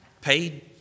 paid